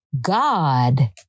God